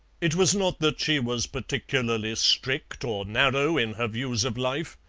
it was not that she was particularly strict or narrow in her views of life,